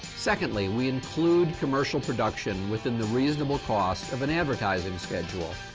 secondly, we include commercial production within the reasonable cost of an advertising schedule.